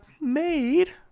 made